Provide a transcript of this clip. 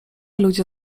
ludzie